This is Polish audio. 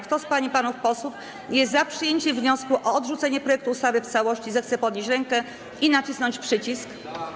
Kto z pań i panów posłów jest za przyjęciem wniosku o odrzucenie projektu ustawy w całości, zechce podnieść rękę i nacisnąć przycisk.